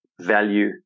value